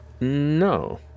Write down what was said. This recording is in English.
No